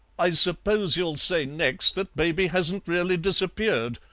i suppose you'll say next that baby hasn't really disappeared.